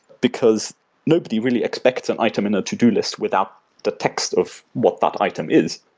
because nobody really expect an item in a to-do list without the text of what that item is.